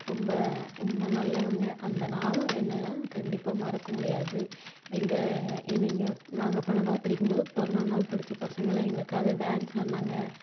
ரொம்ப ரொம்ப நல்லவங்க அந்த நாளும் என்னால் கண்டிப்பாக மறக்க முடியாது எங்கள் எங்கள் நாங்கள் பன்னெண்டாவது படிக்கும்போது பதினொன்றாவது படித்த பசங்களெலாம் எங்களுக்காக டான்ஸ் ஆடினாங்க